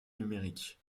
numériques